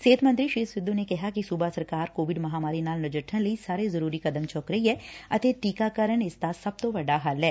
ਸਿਹਤ ਮੰਤਰੀ ਸ੍ਰੀ ਸਿੱਧੂ ਨੇ ਕਿਹਾ ਕਿ ਸੁਬਾ ਸਰਕਾਰ ਕੋਵਿਡ ਮਹਾਮਾਰੀ ਨਾਲ ਨਜਿੱਠਣ ਲਈ ਸਾਰੇ ਜ਼ਰੁਰੀ ਕਦਮ ਚੁੱਕ ਰਹੀ ਐ ਅਤੇ ਟੀਕਾਕਰਨ ਇਸ ਦਾ ਸਭ ਤੋਂ ਵੱਡਾ ਹੱਲ ਐ